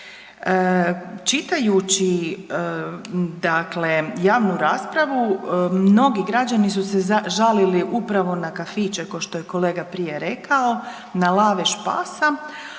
Čitajući dakle, javnu raspravu, mnogi građani su se žalili upravo na kafiće, kao što je kolega prije rekao, na lavež pasa,